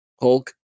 Hulk